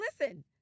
listen